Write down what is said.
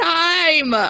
time